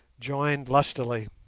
joined lustily.